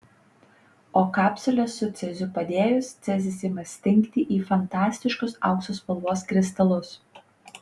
o kapsulę su ceziu padėjus cezis ima stingti į fantastiškus aukso spalvos kristalus